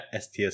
STS